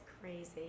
crazy